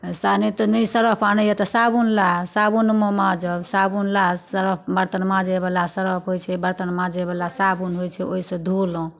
सा नहि तऽ नहि सरफ आनैए तऽ साबुन ला साबुनमे माँजब साबुन ला सरफ बरतन माँजयवला सरफ होइत छै बरतन माँजयवला साबुन होइत छै ओहिसँ धोलहुँ